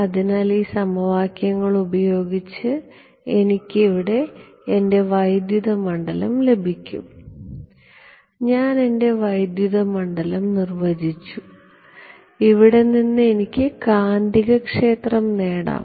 അതിനാൽ ഈ സമവാക്യങ്ങൾ ഉപയോഗിച്ച് എനിക്ക് ഇവിടെ എന്റെ വൈദ്യുത മണ്ഡലം ലഭിക്കും ഞാൻ എന്റെ വൈദ്യുത മണ്ഡലം നിർവ്വചിച്ചു ഇവിടെ നിന്ന് എനിക്ക് കാന്തികക്ഷേത്രം നേടാം